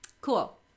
Cool